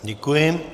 Děkuji.